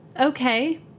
Okay